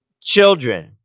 children